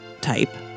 type